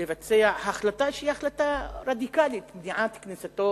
לבצע החלטה שהיא רדיקלית, מניעת כניסתו